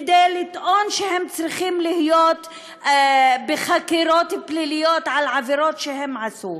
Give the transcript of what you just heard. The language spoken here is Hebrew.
כדי לטעון שהם צריכים להיות בחקירות פליליות על עבירות שהם עשו,